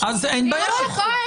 בעיה.